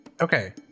Okay